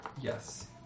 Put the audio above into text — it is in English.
Yes